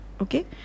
okay